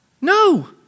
No